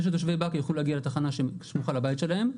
כדי שתושבי באקה יוכלו להגיע לתחנה שסמוכה לבית שלהם,